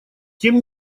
тем